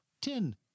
ten